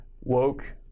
woke